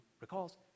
recalls